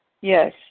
Yes